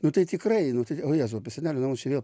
nu tai tikrai nu tai o jėzau apie senelių namus čia vėl